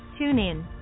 TuneIn